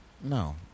No